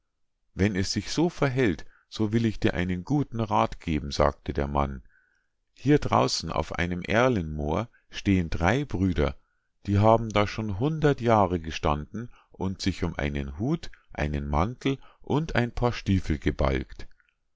wenn es sich so verhält so will ich dir einen guten rath geben sagte der mann hier draußen auf einem erlenmoor stehn drei brüder die haben da schon hundert jahre gestanden und sich um einen hut einen mantel und ein paar stiefeln gebalgt